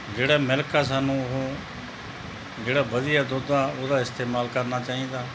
ਜਿਹੜਾ ਮਿਲਕ ਆ ਸਾਨੂੰ ਉਹ ਜਿਹੜਾ ਵਧੀਆ ਦੁੱਧ ਆ ਉਹਦਾ ਇਸਤੇਮਾਲ ਕਰਨਾ ਚਾਹੀਦਾ